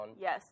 Yes